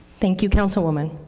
thank you, councilwoman.